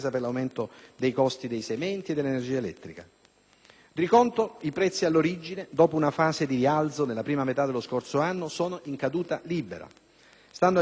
Di contro, i prezzi all'origine, dopo una fase di rialzo nella prima metà dello scorso anno, sono in caduta libera: stando agli ultimi dati disponibili, sono scesi in media del 7